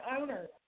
owners